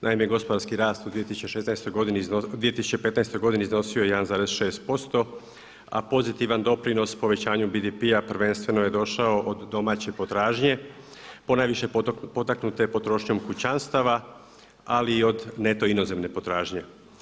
Naime, gospodarski rast u 2015. godini iznosio je 1,6%, a pozitivan doprinos povećanju BDP-a prvenstveno je došao od domaće potražnje, ponajviše potaknute potrošnjom kućanstava ali i od neto inozemne potražnje.